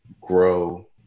grow